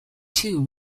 two